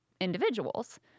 individuals